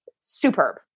superb